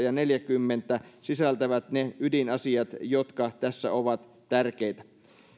ja neljäskymmenes pykälä sisältävät ne ydinasiat jotka tässä ovat tärkeitä